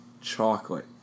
chocolate